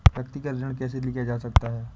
व्यक्तिगत ऋण कैसे लिया जा सकता है?